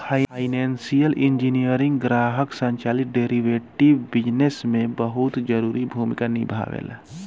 financial engineering ग्राहक संचालित derivative business में बहुत जरूरी भूमिका निभावेला